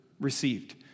received